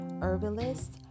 herbalist